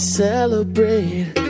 celebrate